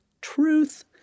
Truth